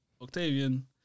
Octavian